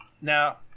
Now